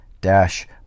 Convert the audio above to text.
dash